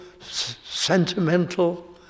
sentimental